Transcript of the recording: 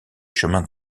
chemins